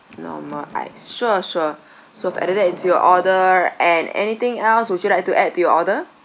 normal ice sure sure so I've added that into your order and anything else would you like to add to your order